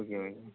okay okay